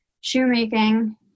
shoemaking